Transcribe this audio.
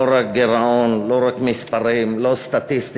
לא רק גירעון, לא רק מספרים, לא סטטיסטיקות,